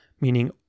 meaning